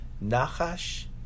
Nachash